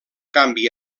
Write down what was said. canvi